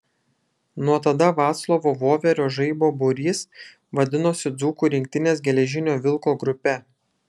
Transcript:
nuo tada vaclovo voverio žaibo būrys vadinosi dzūkų rinktinės geležinio vilko grupe